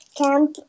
camp